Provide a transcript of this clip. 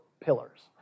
pillars